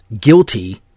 guilty